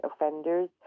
offenders